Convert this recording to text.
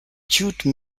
jute